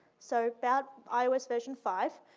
so about ios version five,